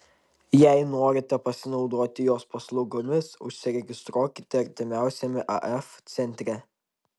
jei norite pasinaudoti jos paslaugomis užsiregistruokite artimiausiame af centre